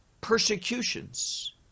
persecutions